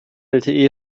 lte